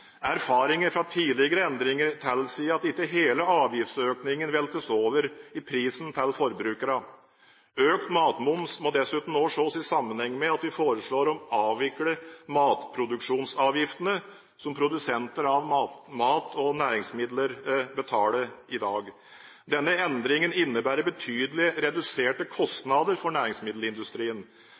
Erfaringer fra tidligere endringer tilsier at ikke hele avgiftsøkningen veltes over i prisene til forbrukerne. Økt matmoms må dessuten også ses i sammenheng med at vi foreslår å avvikle matproduksjonsavgiftene som produsenter av mat og næringsmidler betaler i dag. Denne endringen innebærer betydelig reduserte kostnader for næringsmiddelindustrien.